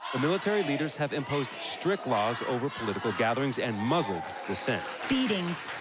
the military leaders have imposed strict laws over political gatherings and muzzled dissent. beatings,